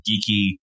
geeky